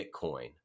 Bitcoin